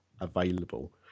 available